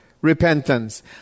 repentance